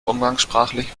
umgangssprachlich